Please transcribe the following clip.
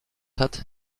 hat